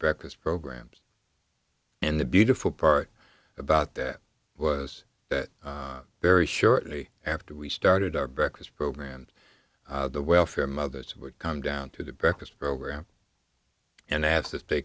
breakfast programs and the beautiful part about that was that very shortly after we started our breakfast program the welfare mothers would come down to the breakfast program and asked if they